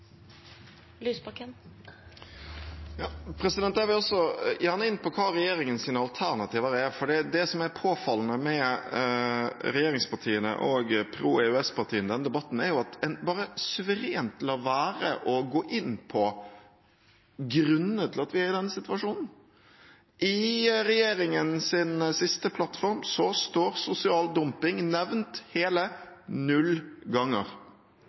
påfallende med regjeringspartiene og pro-EØS-partiene i denne debatten, er at en suverent lar være å gå inn på grunnene til at vi er i denne situasjonen. I regjeringens siste plattform står sosial dumping nevnt hele null ganger.